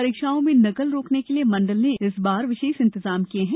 परीक्षाओं में नकल रोकने के लिए मण्डल ने इस बार विशेष इंतजाम किये हैं